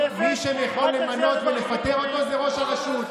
מי שיכול למנות ולפטר אותו זה ראש הרשות.